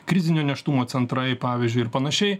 krizinio nėštumo centrai pavyzdžiui ir panašiai